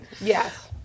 Yes